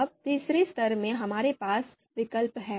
अब तीसरे स्तर में हमारे पास विकल्प हैं